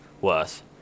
worse